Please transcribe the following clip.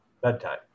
bedtime